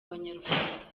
banyarwanda